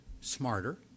smarter